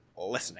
listening